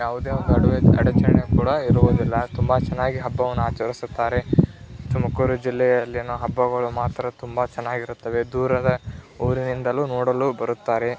ಯಾವುದೇ ಒಂದು ಅಡ್ವೇ ಅಡಚಣೆ ಕೂಡ ಇರುವುದಿಲ್ಲ ತುಂಬ ಚೆನ್ನಾಗಿ ಹಬ್ಬವನ್ನು ಆಚರಿಸುತ್ತಾರೆ ತುಮಕೂರು ಜಿಲ್ಲೆಯಲ್ಲಿನ ಹಬ್ಬಗಳು ಮಾತ್ರ ತುಂಬ ಚೆನ್ನಾಗಿರುತ್ತವೆ ದೂರದ ಊರಿನಿಂದಲೂ ನೋಡಲು ಬರುತ್ತಾರೆ